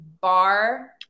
bar